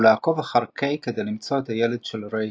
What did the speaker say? ולעקוב אחרי קיי כדי למצוא את הילד של רייצ'ל.